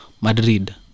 Madrid